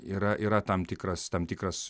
yra yra tam tikras tam tikras